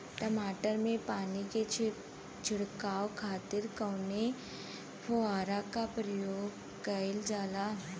टमाटर में पानी के छिड़काव खातिर कवने फव्वारा का प्रयोग कईल जाला?